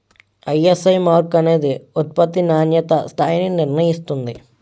ISI mark అనేది ఉత్పత్తి నాణ్యతా స్థాయిని నిర్ణయిస్తుంది